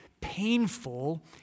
painful